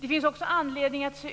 Det finns också anledning att